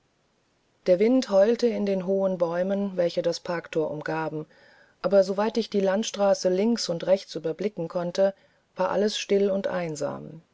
der wind heulte in den hohen bäumen welche das parkthor umgaben aber so weit ich die landstraße links und rechts überblicken konnte war alles still und einsam